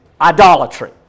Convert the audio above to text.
Idolatry